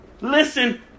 Listen